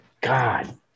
God